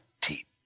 deep